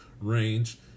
range